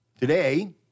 today